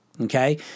Okay